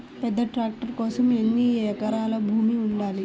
పెద్ద ట్రాక్టర్ కోసం ఎన్ని ఎకరాల భూమి ఉండాలి?